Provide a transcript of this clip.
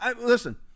listen